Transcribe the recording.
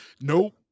Nope